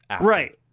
right